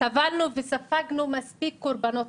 סבלנו וספגנו מספיק קורבנות.